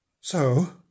So